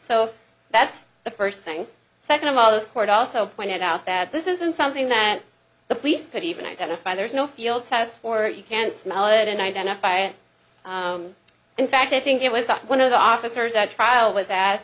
so that's the first thing second of all the court also pointed out that this isn't something that the police could even identify there's no field test for it you can't smell it and identify it in fact i think it was one of the officers at trial was